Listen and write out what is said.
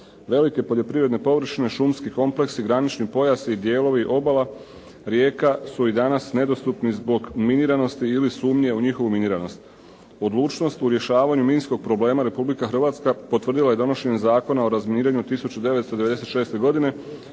Velike poljoprivredne površine, šumski kompleksi, granični pojasi, i dijelovi obala rijeka su i danas nedostupni zbog miniranosti, ili sumnje u njihovu miniranost. Odlučnost u rješavanju minskog problema Republika Hrvatska potvrdila je donošenjem Zakona o razminiranju 1996. godine